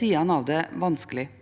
sidene ved det vanskelige.